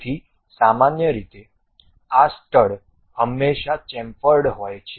તેથી સામાન્ય રીતે આ સ્ટડ હંમેશાં ચેમ્ફરડ હોય છે